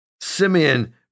Simeon